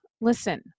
listen